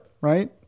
right